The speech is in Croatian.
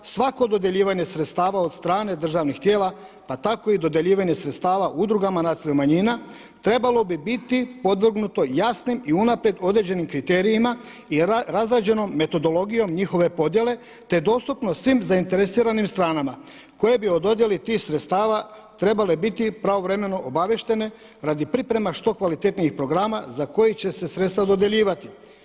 Svako dodjeljivanje sredstava od strane državnih tijela pa tako i dodjeljivanje sredstava udrugama nacionalnih manjina trebalo bi biti podvrgnuto jasnim i unaprijed određenim kriterijima i razrađenom metodologijom njihove podjele te dostupnost svim zainteresiranim stranama koje bi o dodjeli tih sredstava trebale biti pravovremeno biti obavještene radi pripreme što kvalitetnijih programa za koji će se sredstava dodjeljivati.